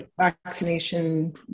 vaccination